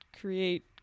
create